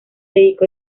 dedicó